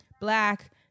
Black